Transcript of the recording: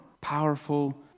powerful